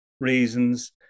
reasons